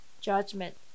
judgment